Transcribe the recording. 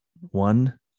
One